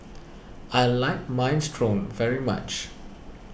I like Minestrone very much